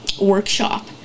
workshop